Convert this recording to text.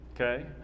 Okay